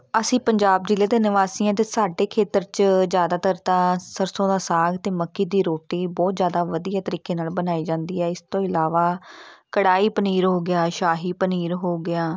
ਅਸੀਂ ਪੰਜਾਬ ਜ਼ਿਲ੍ਹੇ ਦੇ ਨਿਵਾਸੀ ਹਾਂ ਅਤੇ ਸਾਡੇ ਖੇਤਰ 'ਚ ਜ਼ਿਆਦਾਤਰ ਤਾਂ ਸਰਸੋਂ ਦਾ ਸਾਗ ਅਤੇ ਮੱਕੀ ਦੀ ਰੋਟੀ ਬਹੁਤ ਜ਼ਿਆਦਾ ਵਧੀਆ ਤਰੀਕੇ ਨਾਲ ਬਣਾਈ ਜਾਂਦੀ ਹੈ ਇਸ ਤੋਂ ਇਲਾਵਾ ਕੜਾਹੀ ਪਨੀਰ ਹੋ ਗਿਆ ਸ਼ਾਹੀ ਪਨੀਰ ਹੋ ਗਿਆ